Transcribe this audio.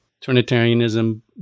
Trinitarianism